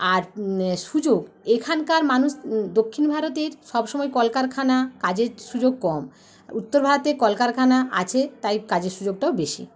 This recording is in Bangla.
আর সুযোগ এখানকার মানুষ দক্ষিণ ভারতের সবসময় কলকারখানা কাজের সুযোগ কম উত্তর ভারতে কলকারখানা আছে তাই কাজের সুযোগটাও বেশী